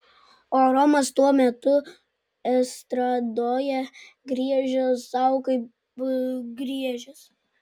o romas tuo metu estradoje griežė sau kaip griežęs